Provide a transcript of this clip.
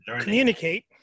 communicate